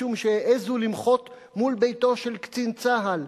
משום שהעזו למחות מול ביתו של קצין צה"ל.